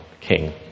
king